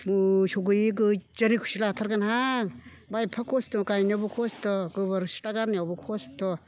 मोसौ गैयै गैजारोङैखौसो लाथारगोनहां मा एफा खस्थ' गायनायावबो खस्थ' गोबोर सिथ्ला गारनायावबो खस्थ'